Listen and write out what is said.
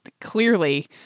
Clearly